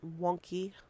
wonky